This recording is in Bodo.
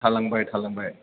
थालांबाय थालांबाय